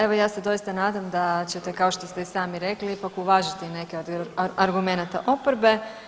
Evo ja se doista nadam da ćete kao što ste i sami rekli ipak uvažiti neke od argumenata oporbe.